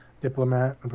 Diplomat